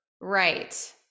Right